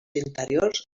interiors